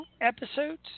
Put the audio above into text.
Episodes